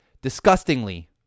Disgustingly